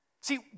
See